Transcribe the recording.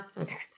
okay